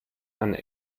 eine